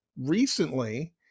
recently